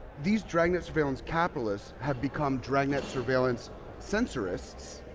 these dragnet surveillance capitalists have become dragnet surveillance censorists.